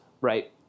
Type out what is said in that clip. Right